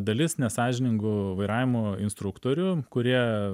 dalis nesąžiningų vairavimo instruktorių kurie